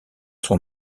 sont